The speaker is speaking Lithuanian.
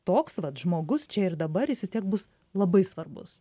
toks vat žmogus čia ir dabar jis vis tiek bus labai svarbus